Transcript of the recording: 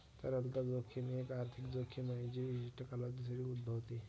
तरलता जोखीम एक आर्थिक जोखीम आहे जी विशिष्ट कालावधीसाठी उद्भवते